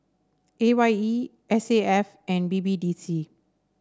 A Y E S A F and B B D C